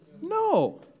No